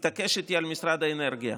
התעקש איתי על משרד האנרגיה.